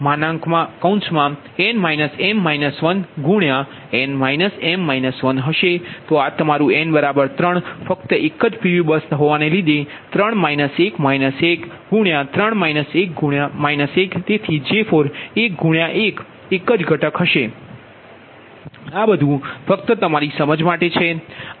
તો આ તમારું n 3 ફક્ત એક જ PV બસ પછી તેથી J4 1 1 એક ઘટકજ હશે ફક્ત તમારી સમજ માટે છે